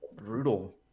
brutal